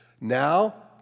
Now